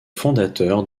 fondateurs